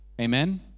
Amen